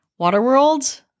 Waterworld